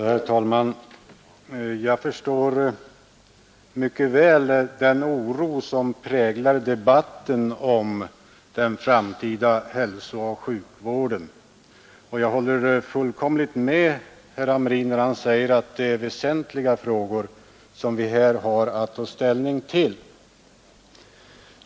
Herr talman! Jag förstår mycket väl den oro som präglar debatten om den framtida hälsooch sjukvården, och jag håller fullkomligt med herr Hamrin när han säger att det är väsentliga frågor som vi här har att ta ställning till.